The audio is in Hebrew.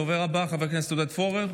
הדובר הבא, חבר הכנסת עודד פורר.